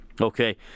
okay